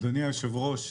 אדוני היושב-ראש,